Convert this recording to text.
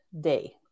day